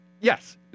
Yes